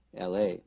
LA